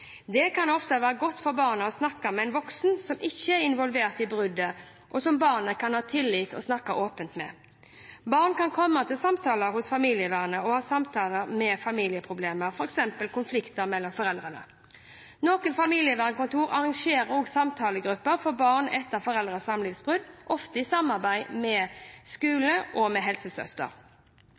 Det kan ofte være godt for barnet å snakke med en voksen som ikke er involvert i bruddet, og som barnet kan ha tillit til og snakke åpent med. Barn kan komme til samtaler hos familievernet og ha samtaler om familieproblemer, f.eks. om konflikter mellom foreldrene. Noen familievernkontorer arrangerer også samtalegrupper for barn etter foreldrenes samlivsbrudd, ofte i samarbeid med skole og helsesøster.